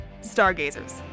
stargazers